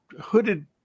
hooded